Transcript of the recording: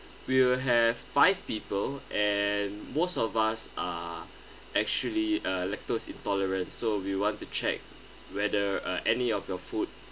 we will have five people and most of us are actually uh lactose intolerant so we want to check whether uh any of your food